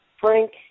Frank